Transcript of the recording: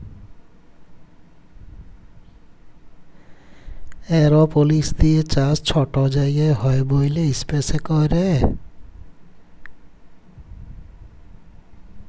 এরওপলিক্স দিঁয়ে চাষ ছট জায়গায় হ্যয় ব্যইলে ইস্পেসে ক্যরে